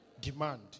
Demand